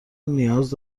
نیاز